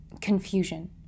confusion